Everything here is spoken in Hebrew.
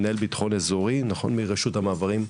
מנהל ביטחון אזורי מרשות המעברים.